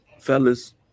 Fellas